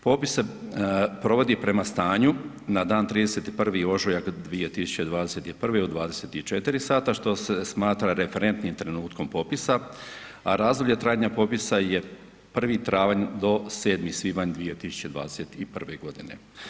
Popis se provodi prema stanju na dan 31. ožujak 2021. u 24 sata što se smatra referentnim trenutkom popisa, a razdoblje trajanja popisa je 1. travanj do 7. svibanj 2021. godine.